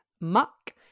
Muck